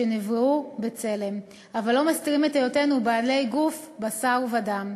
שנבראנו בצלם אבל איננו מסתירים את היותנו בעלי גוף בשר ודם.